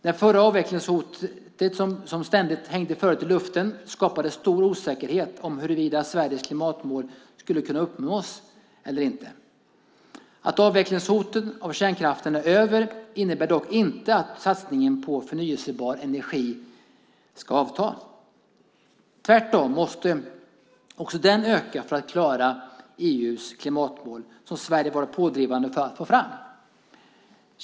Det avvecklingshot som förut hängde i luften skapade stor osäkerhet om huruvida Sveriges klimatmål skulle kunna uppnås eller inte. Att avvecklingshotet är över innebär dock inte att satsningen på förnybar energi ska avta. Tvärtom måste också den öka för att klara EU:s klimatmål, som Sverige har varit pådrivande för att få fram.